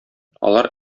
алар